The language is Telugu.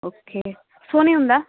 ఓకే సోనీ ఉందా